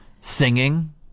singing